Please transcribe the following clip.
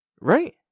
right